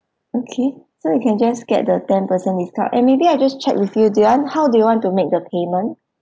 okay so you can just get the ten percent discount and maybe I just check with you do you want how do you want to make the payment